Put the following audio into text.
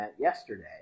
yesterday